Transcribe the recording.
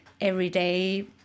everyday